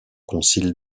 concile